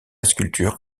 sculpture